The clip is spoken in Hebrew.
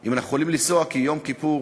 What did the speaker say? אם אנחנו יכולים לנסוע, כי יום כיפור